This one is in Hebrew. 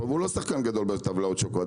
והוא לא שחקן גדול בטבלאות השוקולד,